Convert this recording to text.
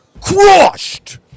crushed